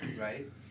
Right